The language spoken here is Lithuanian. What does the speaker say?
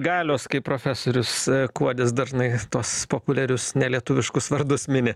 galios kaip profesorius kuodis dažnai tuos populiarius nelietuviškus vardus mini